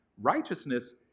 righteousness